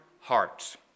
hearts